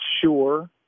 sure